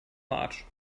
march